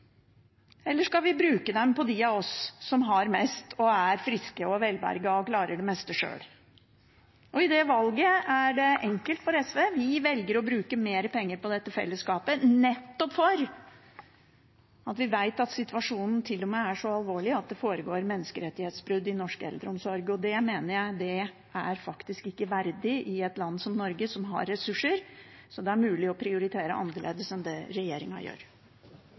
eller skal vi bruke dem på de av oss som har mest, er friske og velberga og klarer det meste sjøl? Det valget er enkelt for SV – vi velger å bruke mer penger på dette fellesskapet, nettopp fordi vi vet at situasjonen er så alvorlig at det til og med foregår menneskerettighetsbrudd i norsk eldreomsorg. Det mener jeg ikke er verdig i et land som Norge, som har ressurser. Det er mulig å prioritere annerledes enn det regjeringen gjør.